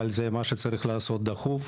אבל זה מה שצריך לעשות דחוף.